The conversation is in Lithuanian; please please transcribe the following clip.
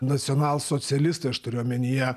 nacionalsocialistai aš turiu omenyje